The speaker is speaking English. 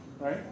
right